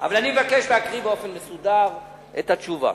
אבל אני מבקש להקריא באופן מסודר את התשובה: